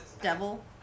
devil